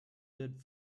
good